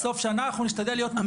בסוף השנה אנחנו נשתדל להיות מוכנים.